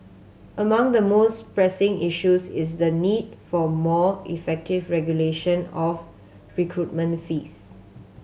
among the most pressing issues is the need for more effective regulation of recruitment fees